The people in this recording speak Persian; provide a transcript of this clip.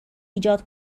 ایجاد